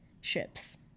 ships